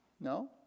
No